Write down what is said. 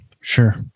Sure